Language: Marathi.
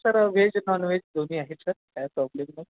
सर व्हेज नॉनव्हेज दोन्ही आहे सर काय प्रॉब्लेम नाही